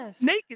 naked